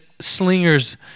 slingers